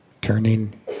Turning